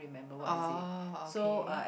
oh okay